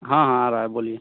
हाँ हाँ आ रहा है बोलिए